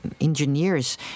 engineers